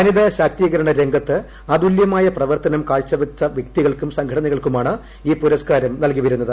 വനിതാ ശാക്തീകരണ രംഗത്ത് അതുല്യമായ പ്രവർത്തനം കാഴ്ചവച്ച വ്യക്തികൾക്കും സംഘടനകൾക്കുമാണ് ഈ പുരസ്കാരം നൽകി വരുന്നത്